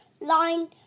Line